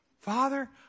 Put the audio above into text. Father